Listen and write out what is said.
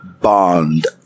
Bond